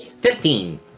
Fifteen